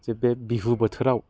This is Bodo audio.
जे बे बिहु बोथोराव